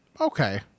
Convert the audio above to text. Okay